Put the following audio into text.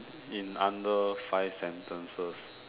in under five sentences